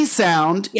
sound